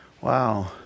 Wow